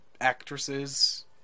actresses